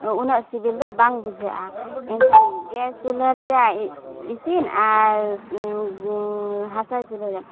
ᱩᱱᱟᱹᱜ ᱥᱤᱵᱤᱞ ᱫᱚ ᱵᱟᱝ ᱵᱩᱡᱷᱟᱹᱜᱼᱟ ᱜᱮᱥ ᱪᱩᱞᱦᱟᱹ ᱨᱮᱭᱟᱜ ᱤᱥᱤᱱ ᱟᱨ ᱦᱟᱥᱟ ᱪᱩᱞᱦᱟᱹ ᱨᱮᱭᱟᱜ